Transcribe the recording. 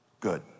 good